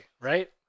Right